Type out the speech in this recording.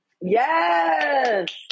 Yes